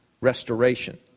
restoration